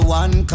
one